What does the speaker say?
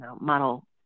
model